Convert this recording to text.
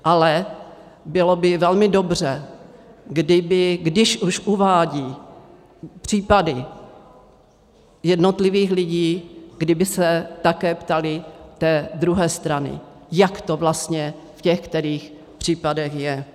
Ale bylo by velmi dobře, kdyby když už uvádějí případy jednotlivých lidí, kdyby se také ptali druhé strany, jak to vlastně v těch kterých případech je.